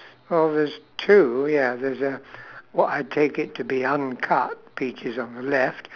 oh there's two ya there's uh what I take it to be uncut peaches on the left